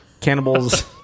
cannibals